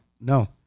No